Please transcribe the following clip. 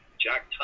Jack